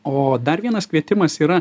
o dar vienas kvietimas yra